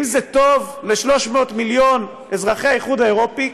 אם זה טוב ל-300 מיליון אזרחי האיחוד האירופי,